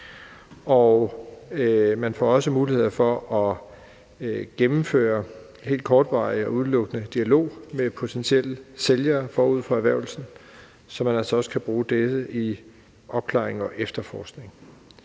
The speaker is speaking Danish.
Man får også muligheder for at gennemføre helt kortvarig og udelukkende afsøgende dialog med potentielle sælgere forud for erhvervelse, så man altså også kan bruge dette i opklaringen og efterforskningen.